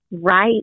right